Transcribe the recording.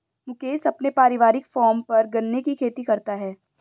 मुकेश अपने पारिवारिक फॉर्म पर गन्ने की खेती करता है